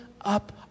up